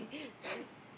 yeah